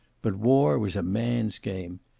but war was a man's game.